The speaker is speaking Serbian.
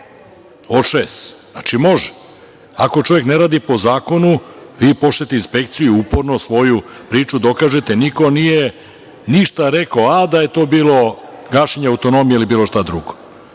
šest. Znači, može. Ako čovek ne radi po zakonu, vi pošaljete inspekciju i uporno svoju priču dokažete, niko nije ništa rekao da je to bilo gašenje autonomije ili bilo šta drugo.